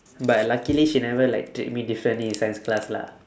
but luckily she never like treat me differently in science class lah